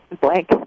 Blank